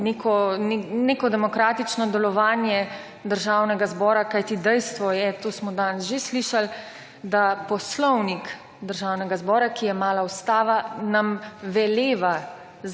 neko demokratično delovanje Državnega zbora. Kajti dejstvo je, to smo danes že slišali, da Poslovnik Državnega zbora, ki je mala ustava, nam veleva,